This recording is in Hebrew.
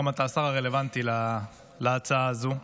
אתה גם השר הרלוונטי להצעה הזו,